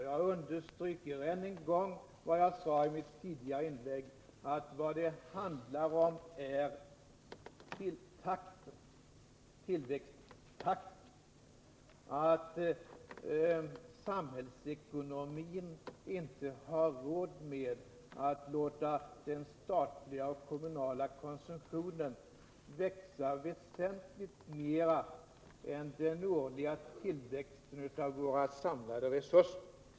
Jag understryker än en gång vad jag sade i mitt tidigare inlägg, nämligen att vad det handlar om är tillväxttakten. Samhällsekonomin har inte råd med att låta den statliga och den kommunala konsumtionen växa väsentligt mera än vad som motsvarar den årliga tillväxten av våra samlade resurser.